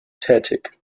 tätig